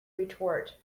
retort